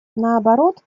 наоборот